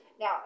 now